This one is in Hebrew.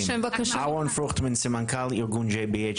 אהרון פרוכטמן, סמנכ"ל ארגון jbh.